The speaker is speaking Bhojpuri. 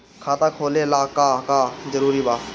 खाता खोले ला का का जरूरी बा?